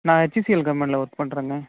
நான் ஹெச்சிஎல் கம்பெனியில் ஒர்க் பண்ணுறேங்க